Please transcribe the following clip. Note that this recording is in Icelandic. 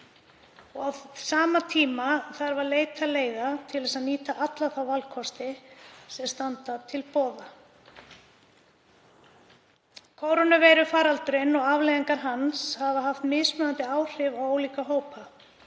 Á sama tíma þarf að leita leiða til að nýta alla þá valkosti sem standa til boða. Kórónuveirufaraldurinn og afleiðingar hans hafa haft mismunandi áhrif á ólíka hópa,